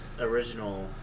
original